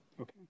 Okay